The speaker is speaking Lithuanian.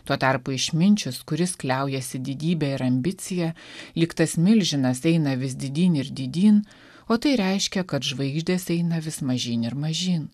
tuo tarpu išminčius kuris kliaujasi didybe ir ambicija lyg tas milžinas eina vis didyn ir didyn o tai reiškia kad žvaigždės eina vis mažyn ir mažyn